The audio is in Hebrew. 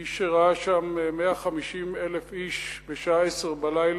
מי שראה שם 150,000 איש בשעה 22:00